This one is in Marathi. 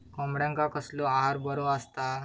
कोंबड्यांका कसलो आहार बरो असता?